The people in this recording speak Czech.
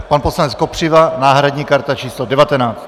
Pan poslanec Kopřiva náhradní karta čísla 19.